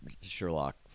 sherlock